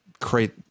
create